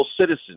citizens